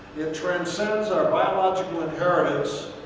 it transcends our biological inheritance,